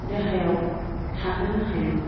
देहायाव थाहोनो हायो